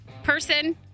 person